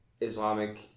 Islamic